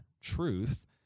truth